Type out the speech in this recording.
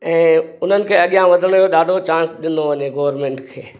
ऐं उन्हनि खे अॻियां वधण जो ॾाढो चांस ॾिनो वञे गोर्मेंट खे